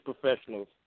professionals